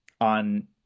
on